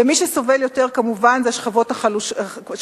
ומי שסובל יותר, כמובן, זה השכבות החלשות.